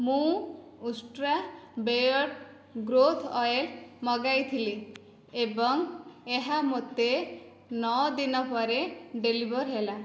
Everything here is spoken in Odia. ମୁଁ ଉଷ୍ଟ୍ରା ବେୟର୍ଡ଼୍ ଗ୍ରୋଥ୍ ଅଏଲ୍ ମଗାଇଥିଲି ଏବଂ ଏହା ମୋତେ ନଅ ଦିନ ପରେ ଡେଲିଭର୍ ହେଲା